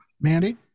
Mandy